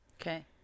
okay